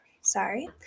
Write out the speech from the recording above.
sorry